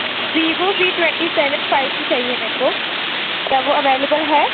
Vivo V twenty seven five G چاہیے میرے کو کیا وہ اویلیبل ہے